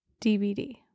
DVD